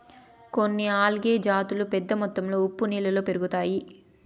కొన్ని ఆల్గే జాతులు పెద్ద మొత్తంలో ఉప్పు నీళ్ళలో పెరుగుతాయి